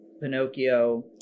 Pinocchio